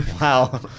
Wow